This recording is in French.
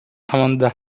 amanda